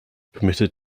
permitted